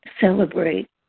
celebrate